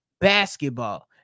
basketball